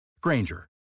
Granger